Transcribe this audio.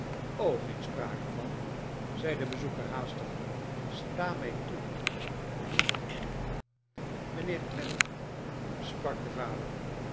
geen sprake van zei de bezoeker haastig sta mij toe kling kling kling mijnheer clennam sprak de vader